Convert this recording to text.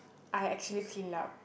I actually cleaned up